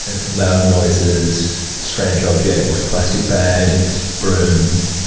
loud noises, strange objects, plastic bags, brooms,